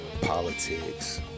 politics